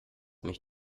mich